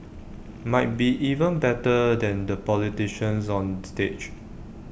might be even better than the politicians on stage